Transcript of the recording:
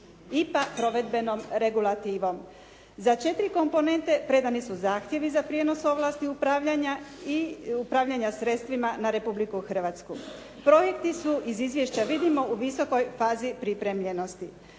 IPA provedbenom regulativom. Za četiri komponente predani su zahtjevi za prijenos ovlasti upravljanja i upravljanja sredstvima na Republiku Hrvatsku. Projekti su, iz izvješća vidimo, u visokoj fazi pripremljenosti.